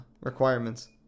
requirements